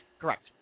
Correct